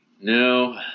No